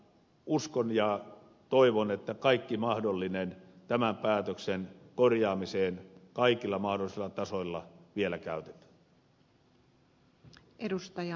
uskon ja toivon että kaikki mahdollinen tämän päätöksen korjaamiseen kaikilla mahdollisilla tasoilla vielä käytetään